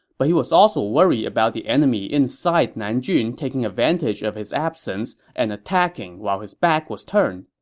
but he was also worried about the enemy inside nanjun taking advantage of his absence and attacking while his back was turned.